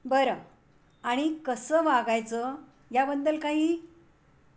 बरं आणि कसं वागायचं याबद्दल काही